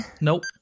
Nope